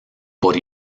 por